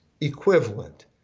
equivalent